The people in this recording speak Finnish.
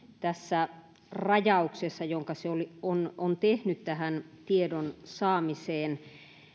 tässä rajauksessa jonka se on on tehnyt tähän tiedon saamiseen